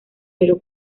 pero